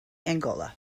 angola